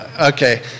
Okay